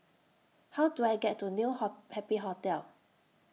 How Do I get to New Ho Happy Hotel